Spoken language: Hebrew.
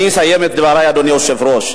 אני אסיים את דברי, אדוני היושב-ראש.